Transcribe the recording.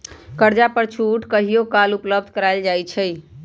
कर्जा पर छूट कहियो काल सरकार द्वारा सेहो उपलब्ध करायल जाइ छइ